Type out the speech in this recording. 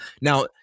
Now